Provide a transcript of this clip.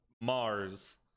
Mars